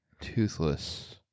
Toothless